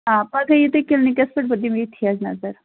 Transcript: آ پَگاہ یہِ تُہۍ کِلنِکس پیٚٹھ بہٕ دِمہٕ ییٚتھٕے حظ نَظر